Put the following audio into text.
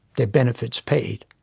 they're benefits paid.